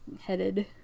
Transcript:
headed